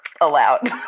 allowed